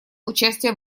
участие